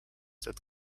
that